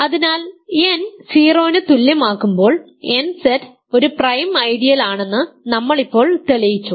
അതിനാൽ n 0 ന് തുല്യമാകുമ്പോൾ nZ ഒരു പ്രൈം ഐഡിയൽ ആണെന്ന് നമ്മൾ ഇപ്പോൾ തെളിയിച്ചു